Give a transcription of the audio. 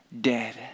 dead